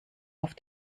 auf